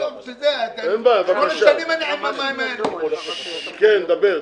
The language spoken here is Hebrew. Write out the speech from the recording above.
בבקשה, דבר.